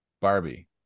Barbie